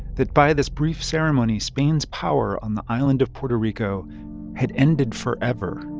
that by this brief ceremony, spain's power on the island of puerto rico had ended forever